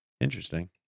Interesting